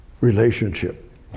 relationship